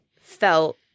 felt